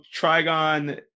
Trigon